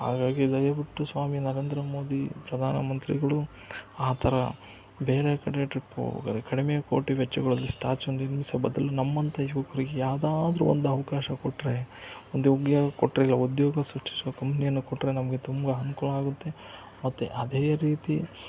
ಹಾಗಾಗಿ ದಯವಿಟ್ಟು ಸ್ವಾಮಿ ನರೇಂದ್ರ ಮೋದಿ ಪ್ರಧಾನಮಂತ್ರಿಗಳು ಆ ಥರ ಬೇರೆ ಕಡೆ ಟ್ರಿಪ್ಪು ಹೋಗದೆ ಕಡಿಮೆ ಕೋಟಿ ವೆಚ್ಚಗಳಲ್ಲಿ ಸ್ಟ್ಯಾಚ್ಯು ನಿರ್ಮಿಸೋ ಬದಲು ನಮ್ಮಂಥ ಯುವಕ್ರಿಗೆ ಯಾವ್ದಾದ್ರು ಒಂದು ಅವಕಾಶ ಕೊಟ್ಟರೆ ಒಂದು ಉದ್ಯೋಗ ಕೊಟ್ಟರೆ ಇಲ್ಲ ಉದ್ಯೋಗ ಸೃಷ್ಟಿಸೋ ಕಂಪ್ನಿಯನ್ನು ಕೊಟ್ಟರೆ ನಮಗೆ ತುಂಬ ಅನುಕೂಲ ಆಗುತ್ತೆ ಮತ್ತು ಅದೇ ರೀತಿ